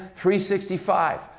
365